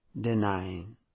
denying